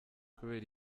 kubera